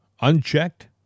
unchecked